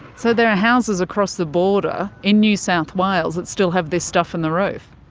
so there are houses across the border in new south wales that still have this stuff in the roof?